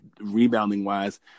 rebounding-wise